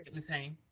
ms. haynes.